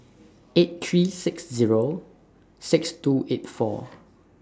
eight three six Zero six two eight four